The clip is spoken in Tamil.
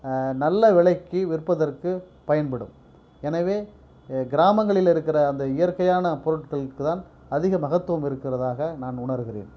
நல்ல விலைக்கு விற்பதற்கு பயன்படும் எனவே கிராமங்களில் இருக்கிற அந்த இயற்கையான பொருட்களுக்கு தான் அதிக மகத்துவம் இருக்கிறதாக நான் உணருகிறேன்